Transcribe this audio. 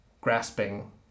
grasping